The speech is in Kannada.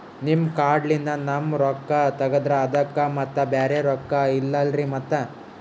ನಿಮ್ ಕಾರ್ಡ್ ಲಿಂದ ನಮ್ ರೊಕ್ಕ ತಗದ್ರ ಅದಕ್ಕ ಮತ್ತ ಬ್ಯಾರೆ ರೊಕ್ಕ ಇಲ್ಲಲ್ರಿ ಮತ್ತ?